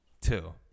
Two